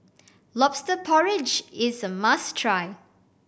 Lobster Porridge is a must try